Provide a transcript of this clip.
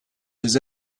des